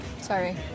Sorry